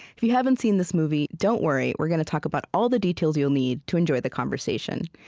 if you haven't seen this movie, don't worry. we're gonna talk about all the details you'll need to enjoy the conversation.